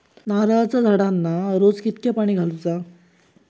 नारळाचा झाडांना रोज कितक्या पाणी घालुचा?